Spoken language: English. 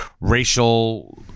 racial